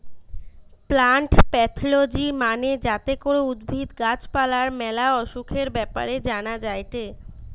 plant pathology মানে যাতে করে উদ্ভিদ, গাছ পালার ম্যালা অসুখের ব্যাপারে জানা যায়টে